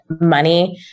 money